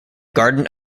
garden